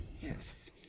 Yes